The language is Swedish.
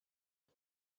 hon